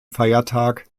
feiertag